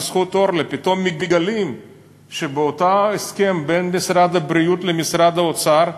בזכות אורלי פתאום מגלים שאותו הסכם בין משרד הבריאות למשרד האוצר,